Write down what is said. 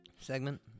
segment